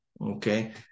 Okay